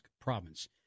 province